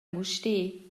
mustér